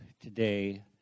today